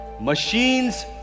Machines